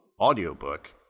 audiobook